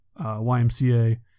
YMCA